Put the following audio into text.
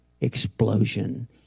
explosion